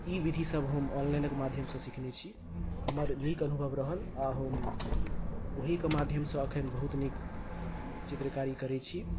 ई विधि सब हम ऑनलाइन क माध्यमसँ सीखने छी हमर नीक अनुभव रहल आ हम ओहि कऽ माध्यमसँ अखन बहुत नीक चित्रकारी करै छी